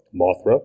Mothra